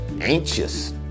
anxious